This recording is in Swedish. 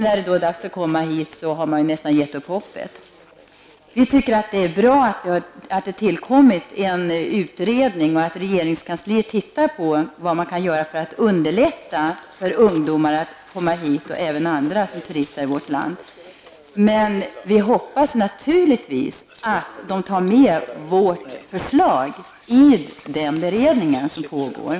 När det sedan blir dags att komma hit har man nästan givit upp hoppet. Miljöpartiet tycker att det är bra att det har tillkommit en utredning och att regeringskansliet ser på vad man kan göra för att underlätta för ungdomar och även för andra, som turistar i vårt land, att komma hit. Men vi hoppas naturligtvis att utredningen tar med vårt förslag i den beredning som pågår.